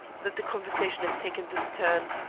that the conversation has taken this turn.